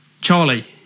Charlie